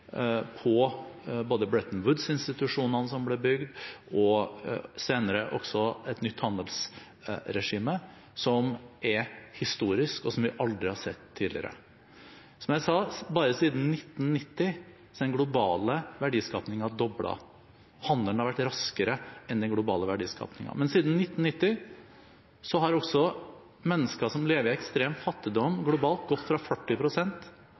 på både Bretton Woods-institusjonene som ble bygd, og senere også et nytt handelsregime – som er historisk, og som vi aldri har sett tidligere. Som jeg har sagt: Bare siden 1990 er den globale verdiskapingen doblet. Handelen har økt raskere enn den globale verdiskapingen. Men siden 1990 har også andelen mennesker som lever i ekstrem fattigdom globalt, gått fra